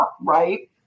right